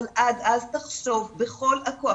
אבל עד אז תחשוב בכל הכוח,